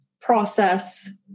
process